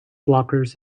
blockers